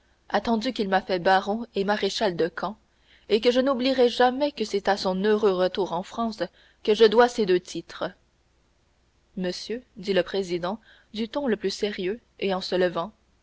attendu qu'il m'a fait baron et maréchal de camp et que je n'oublierai jamais que c'est à son heureux retour en france que je dois ces deux titres monsieur dit le président du ton le plus sérieux et en se levant